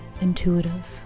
intuitive